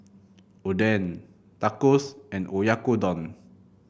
Oden Tacos and Oyakodon